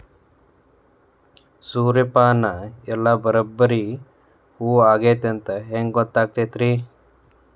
ಸೂರ್ಯಪಾನ ಎಲ್ಲ ಬರಬ್ಬರಿ ಹೂ ಆಗೈತಿ ಅಂತ ಹೆಂಗ್ ಗೊತ್ತಾಗತೈತ್ರಿ?